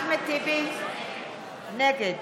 נגד